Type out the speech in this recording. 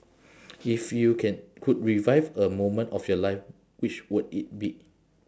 if you can could revive a moment of your life which would it be